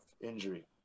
injury